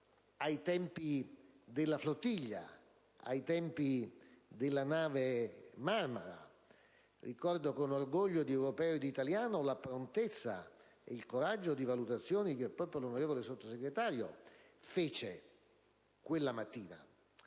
ai tempi della Flotilla e della nave Marmara. Ricordo con orgoglio di europeo e di italiano la prontezza e il coraggio delle valutazioni che proprio l'onorevole Sottosegretario fece quella mattina.